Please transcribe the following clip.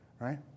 Right